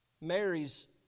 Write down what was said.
Mary's